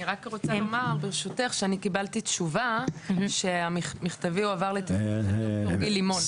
אני רוצה לומר שקיבלתי תשובה שמכתבי הועבר לטיפול ד"ר גיל לימון.